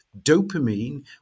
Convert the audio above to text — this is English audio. dopamine